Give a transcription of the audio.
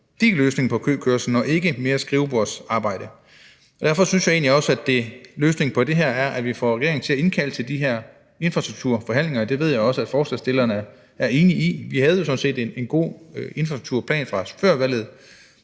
en løsning på køkørslen, ikke mere skrivebordsarbejde. Derfor synes jeg egentlig også, at løsningen på det er, at vi får regeringen til at indkalde til de her infrastrukturforhandlinger. Det ved jeg også at forslagsstillerne er enige i. Vi havde jo sådan set en god infrastrukturplan fra før valget.